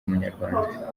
munyarwanda